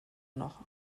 noch